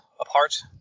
apart